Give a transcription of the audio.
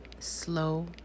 Slow